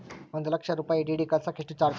ಒಂದು ಲಕ್ಷ ರೂಪಾಯಿ ಡಿ.ಡಿ ಕಳಸಾಕ ಎಷ್ಟು ಚಾರ್ಜ್?